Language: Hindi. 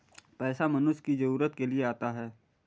पैसा मनुष्य की जरूरत के लिए आता है